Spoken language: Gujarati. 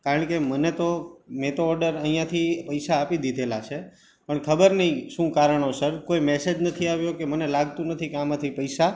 કારણકે મને તો મેં તો ઓર્ડર અહીંયાથી પૈસા આપી દીધેલા છે પણ ખબર નહીં શું કારણોસર કોઈ મૅસેજ નથી આવ્યો કે મને લાગતું નથી કે આમાંથી પૈસા